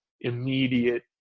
immediate